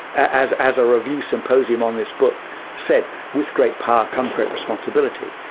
as as a review symposium on this book said with great power comes great responsibility,